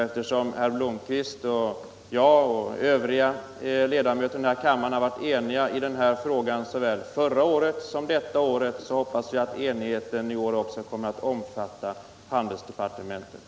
Eftersom herr Blomkvist och jag och övriga ledamöter i denna kammare har varit eniga i den här frågan såväl förra året som i år hoppas jag att enigheten i år också kommer att omfatta handelsdepartementet.